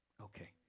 Okay